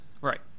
Right